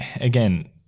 again